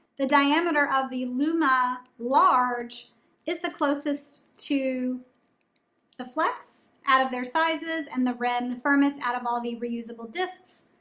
the diameter of the lumma large is the closest to the flex out of their sizes and the rim and firmest out of all the reusable discs.